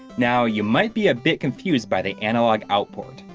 now, you might be a bit confused by the analog out port,